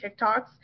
TikToks